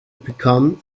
become